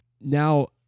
Now